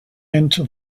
into